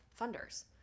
funders